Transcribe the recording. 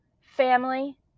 family